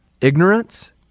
ignorance